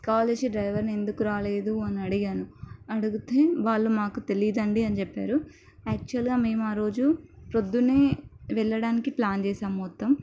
call చేసి డ్రైవర్ని ఎందుకు రాలేదు అని అడిగాను అడిగితే వాళ్ళు మాకు తెలీదండి అని చెప్పారు యాక్చువల్గా మేము ఆ రోజు పొద్దున్నే వెళ్ళడానికి ప్లాన్ చేసాము మొత్తం